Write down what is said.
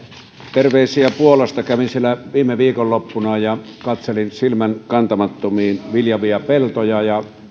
terveisiä puolasta kävin siellä viime viikonloppuna ja katselin silmänkantamattomiin viljavia peltoja